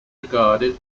regarded